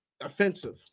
offensive